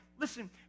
Listen